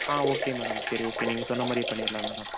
ஆ okay madam சரி okay நீங்கள் சொன்ன மாதிரியே பண்ணிடலாம் மேடம்